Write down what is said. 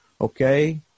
Okay